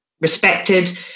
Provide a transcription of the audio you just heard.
respected